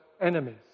enemies